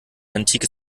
antikes